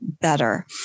better